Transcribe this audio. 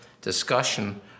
discussion